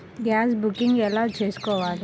Gas booking ఎలా చేసుకోవాలి?